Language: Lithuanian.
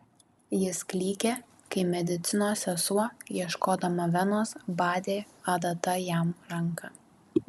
jis klykė kai medicinos sesuo ieškodama venos badė adata jam ranką